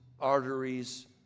arteries